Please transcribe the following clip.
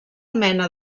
mena